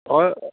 हय